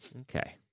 Okay